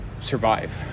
survive